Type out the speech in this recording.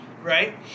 right